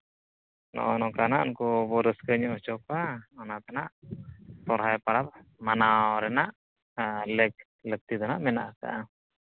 ᱱᱚᱜᱼᱚ ᱱᱚᱝᱠᱟ ᱦᱟᱸᱜ ᱩᱱᱠᱩ ᱵᱚᱱ ᱨᱟᱹᱥᱠᱟᱹ ᱧᱚᱜ ᱦᱚᱪᱚ ᱠᱚᱣᱟ ᱚᱱᱟᱛᱮᱱᱟᱜ ᱥᱚᱦᱨᱟᱭ ᱯᱚᱨᱚᱵᱽ ᱢᱟᱱᱟᱣ ᱨᱮᱱᱟᱜ ᱞᱮᱠ ᱞᱟᱹᱠᱛᱤ ᱫᱚ ᱦᱟᱸᱜ ᱢᱮᱱᱟᱜ ᱠᱟᱜᱼᱟ